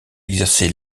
exercé